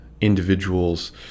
individuals